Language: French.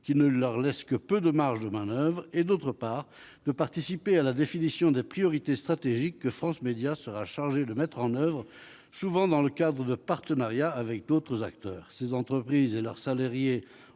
qui ne leur laisse que peu de marges de manoeuvre et, d'autre part, de participer à la définition des priorités stratégiques que France Médias sera chargée de mettre en oeuvre, souvent dans le cadre de partenariats avec d'autres acteurs. Ces entreprises et leurs salariés